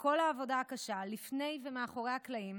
כל העבודה הקשה לפני ומאחורי הקלעים.